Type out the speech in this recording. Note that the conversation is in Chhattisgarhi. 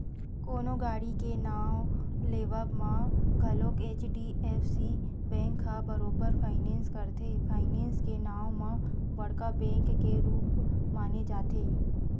कोनो गाड़ी के नवा लेवब म घलोक एच.डी.एफ.सी बेंक ह बरोबर फायनेंस करथे, फायनेंस के नांव म बड़का बेंक के रुप माने जाथे